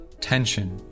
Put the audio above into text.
tension